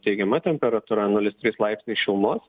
teigiama temperatūra nulis trys laipsniai šilumos